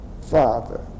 father